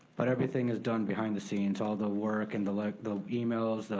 but everything is done behind the scenes. all the work and the like the emails,